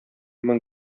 мең